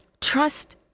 Trust